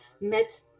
met